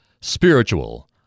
Spiritual